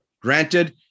Granted